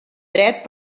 dret